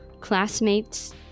classmates